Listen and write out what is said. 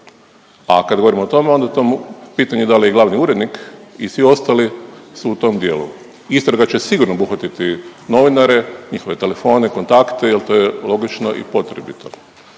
a kad govorimo o tome onda je to pitanje da li je i glavni urednik i svi ostali su u tom dijelu. Istraga će sigurno obuhvatiti novinare, njihove telefone, kontakte jer to je logično i potrebito.